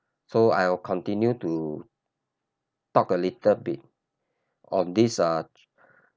so I will continue to talk a little bit on this uh